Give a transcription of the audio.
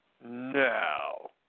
no